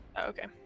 Okay